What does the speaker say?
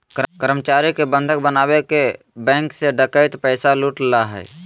कर्मचारी के बंधक बनाके बैंक से डकैत पैसा लूट ला हइ